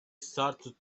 started